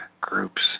groups